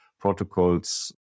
protocols